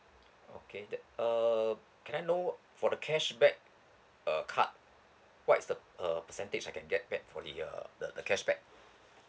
okay th~ err can I know for the cashback uh card what is the uh percentage I can get back for the uh the the cashback